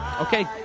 Okay